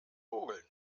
mogeln